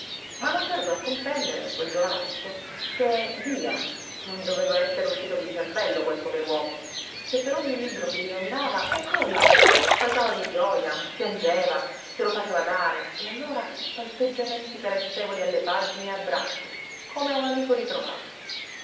ma non tardò a comprendere quel giovanotto che via doveva essere uscito di cervello quel pover'uomo se per ogni libro che gli nominava eccolo là saltava di gioja piangeva se lo faceva dare e allora palpeggiamenti carezzevoli alle pagine e abbracci come a un amico ritrovato